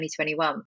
2021